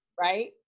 Right